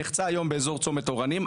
נחצה היום באזור צומת אורנים,